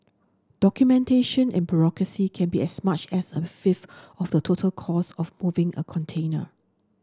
documentation and bureaucracy can be as much as a fifth of the total cost of moving a container